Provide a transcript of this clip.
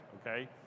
okay